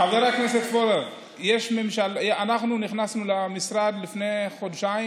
חבר הכנסת פורר, אנחנו נכנסנו למשרד לפני חודשיים,